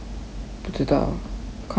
不知道看怎样 lor